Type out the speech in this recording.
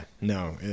no